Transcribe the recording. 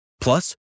Plus